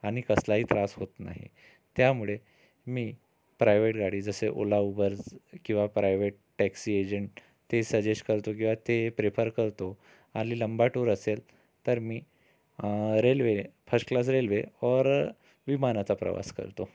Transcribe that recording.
आणि कसलाही त्रास होत नाही त्यामुळे मी प्रायवेट गाडी जसे ओला उबर्स किंवा प्रायवेट टॅक्सी एजंट ते सजेश् करतो किंवा ते प्रेफर करतो आलि लंबा टूर असेल तर मी railway first class railway or विमानाचा प्रवास करतो